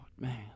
man